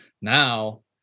now